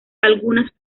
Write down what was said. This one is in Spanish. algunas